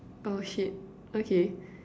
oh shit okay